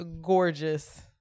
gorgeous